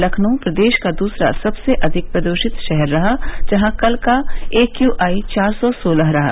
लखनऊ प्रदेश का दूसरा सबसे अधिक प्रदृषित शहर रहा जहां कल का एक्यूआई चार सौ सोलह रहा